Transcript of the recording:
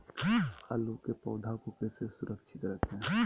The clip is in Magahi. आलू के पौधा को कैसे सुरक्षित रखें?